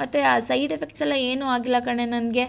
ಮತ್ತೆ ಆ side effects ಎಲ್ಲ ಏನು ಆಗಿಲ್ಲ ಕಣೇ ನನಗೆ